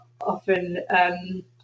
often